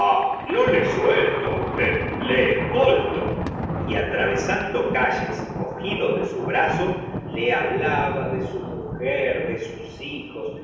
no le suelto á usted le escolto y atravesando calles cogido de su brazo le hablaba de su mujer de sus hijos